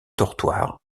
dortoir